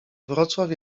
wrocław